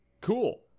cool